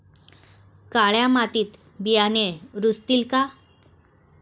काळ्या मातीत बियाणे रुजतील का?